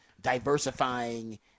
diversifying